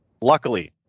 luckily